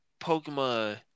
Pokemon